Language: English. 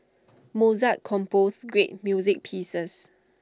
Mozart composed great music pieces